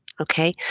okay